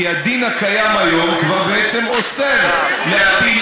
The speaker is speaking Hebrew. כי הדין הקיים היום כבר בעצם אוסר להטיל